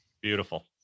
Beautiful